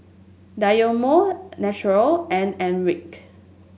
Dynamo Naturel and Airwick